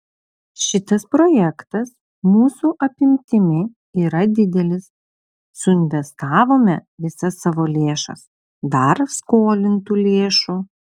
šitas projektas mūsų apimtimi yra didelis suinvestavome visas savo lėšas dar skolintų lėšų